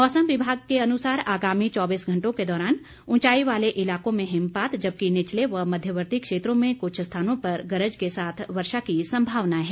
मौसम विभाग के अनुसार आगामी चौबीस घंटों के दौरान ऊंचाई वाले इलाकों में हिमपात जबकि निचले व मध्यवर्ती क्षेत्रों में कुछ स्थानों पर गरज के साथ वर्षा की संभावना है